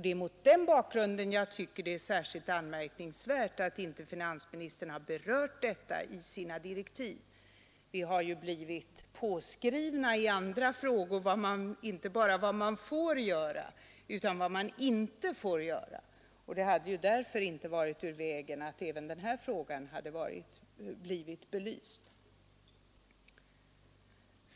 Det är mot den bakgrunden jag tycker det är särskilt anmärkningsvärt att inte finansministern har berört detta i sina direktiv. Vi har ju blivit föreskrivna i andra frågor inte bara vad vi får göra utan också vad vi inte får göra, och det hade därför inte varit ur vägen att även den här frågan hade blivit belyst.